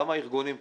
גם הארגונים פה,